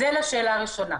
זה לשאלה הראשונה.